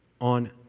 on